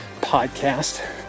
podcast